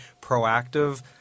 proactive